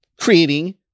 creating